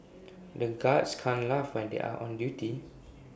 the guards can't laugh when they are on duty